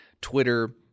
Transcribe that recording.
Twitter